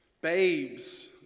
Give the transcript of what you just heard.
Babes